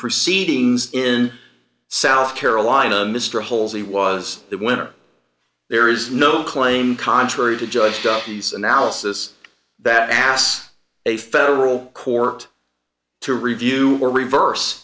proceedings in south carolina mr holes he was the winner there is no claim contrary to judge duffy's analysis that asked a federal court to review or reverse